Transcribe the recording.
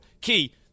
Key